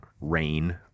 rain